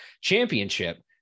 championship